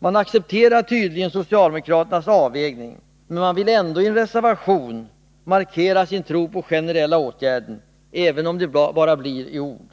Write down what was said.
De accepterar tydligen socialdemokraternas avvägning, men vill ändå genom en reservation markera sin tro på generella åtgärder, även om det bara blir i ord. Även